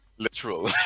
Literal